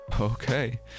okay